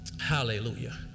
Hallelujah